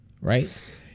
right